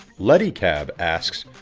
letecab asks,